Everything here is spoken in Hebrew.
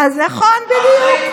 נכון, בדיוק.